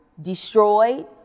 destroyed